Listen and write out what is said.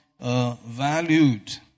valued